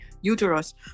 uterus